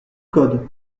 code